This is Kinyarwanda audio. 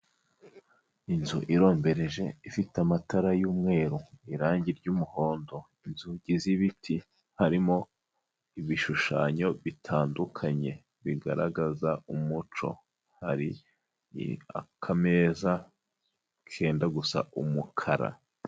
Inzu irombereje ifite amatara y'umweru, irange ry'umuhondo, inzugi z'ibiti, harimo ibishushanyo bitandukanye bigaragaza umuco, hari akameza kenda gusa umukara.